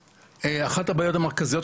אחת הבעיות המרכזיות,